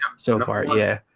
so far yeah